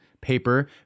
paper